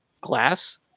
Glass